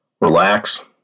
Relax